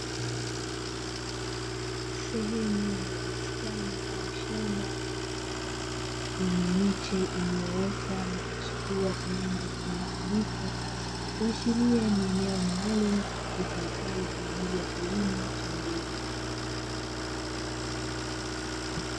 Sehemu ya bustani au mshamba yenye miche iliyoota na kuchipua kwa rangi ya kijani kibichi kuashiria ni eneo maalumu litumikalo kwa ajili ya kilimo cha mbegu.